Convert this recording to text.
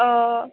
অঁ